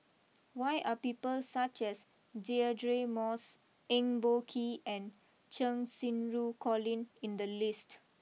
why are people such as Deirdre Moss Eng Boh Kee and Cheng Xinru Colin in the list